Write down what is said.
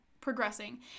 progressing